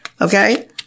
Okay